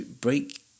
break